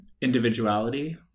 individuality